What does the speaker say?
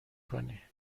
کنی